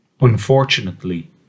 Unfortunately